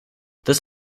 this